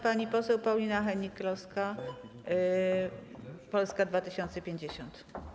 Pani poseł Paulina Hennig-Kloska, Polska 2050.